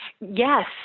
Yes